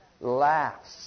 Laughs